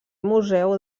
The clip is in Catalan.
museu